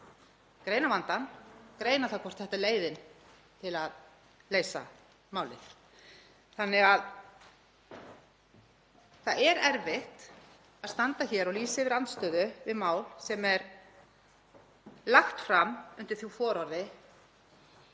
greina vandann, greina það hvort þetta er leiðin til að leysa málið. Það er erfitt að standa hér og lýsa yfir andstöðu við mál sem er lagt fram undir því fororði